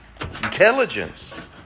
intelligence